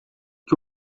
que